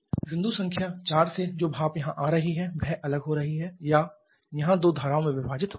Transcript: बिंदु संख्या 4 से जो भाप यहां आ रही है वह अलग हो रही है या यहां दो धाराओं में विभाजित हो रही है